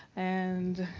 and